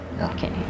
Okay